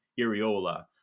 Iriola